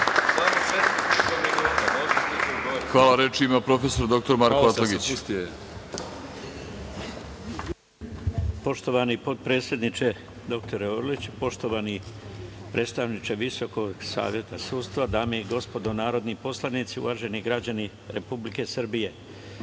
Atlagić. Izvolite. **Marko Atlagić** Poštovani potpredsedniče dr Orliću, poštovani predstavniče Visokog saveta sudstva, dame i gospodo narodni poslanici, uvaženi građani Republike Srbije,